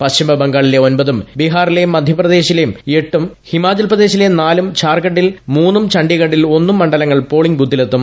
പശ്ചിമബംഗാളിലെ ഒൻപതും ബിഹാറിലെയും മധ്യപ്രദേശിലെയും എട്ടും ഹിമാചൽപ്രദേശിലെ നാലും ജാർഖണ്ഡിൽ മൂന്നും ചണ്ഡിഗഡിലെ ഒന്നും മണ്ഡലങ്ങൾ പോളിംഗ് ബൂത്തിലെത്തും